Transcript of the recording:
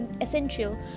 essential